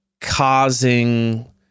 causing